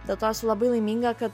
dėl to esu labai laiminga kad